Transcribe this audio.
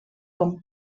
com